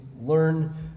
learn